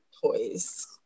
toys